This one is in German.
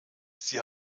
sie